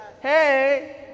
Hey